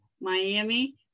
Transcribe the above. Miami